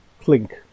clink